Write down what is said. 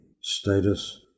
status